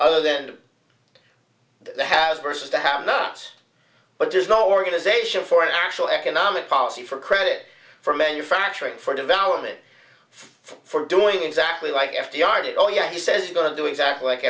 other than the has versus the have not but there's no organization for actual economic policy for credit for manufacturing for development for doing exactly like f d r did oh yeah he says going to do exactly like